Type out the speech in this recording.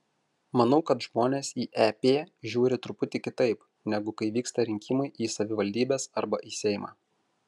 manau kad žmonės į ep žiūri truputį kitaip negu kai vyksta rinkimai į savivaldybes arba į seimą